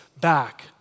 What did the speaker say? back